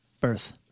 birth